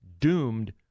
doomed